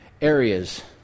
areas